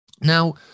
now